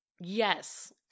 Yes